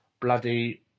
bloody